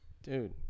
Dude